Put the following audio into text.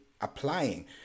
applying